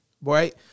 Right